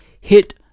hit